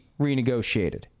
renegotiated